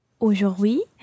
Aujourd'hui